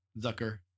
Zucker